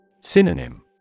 Synonym